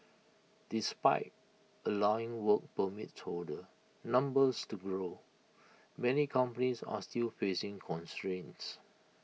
despite allowing work permits holder numbers to grow many companies are still facing constraints